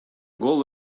гол